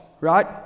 right